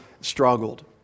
struggled